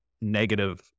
negative